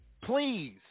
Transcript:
please